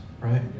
right